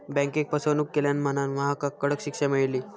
बँकेक फसवणूक केल्यान म्हणांन महकाक कडक शिक्षा मेळली